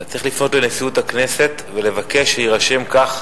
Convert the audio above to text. אתה צריך לפנות לנשיאות הכנסת ולבקש שיירשם כך